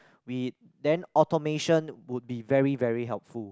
we then automation would be very very helpful